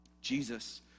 Jesus